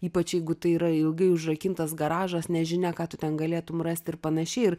ypač jeigu tai yra ilgai užrakintas garažas nežinia ką tu ten galėtum rast ir panašiai